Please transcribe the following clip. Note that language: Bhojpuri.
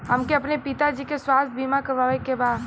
हमके अपने पिता जी के स्वास्थ्य बीमा करवावे के बा?